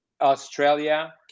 Australia